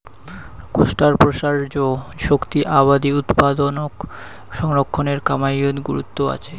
কোষ্টার প্রসার্য শক্তি আবাদি উৎপাদনক সংরক্ষণের কামাইয়ত গুরুত্ব আচে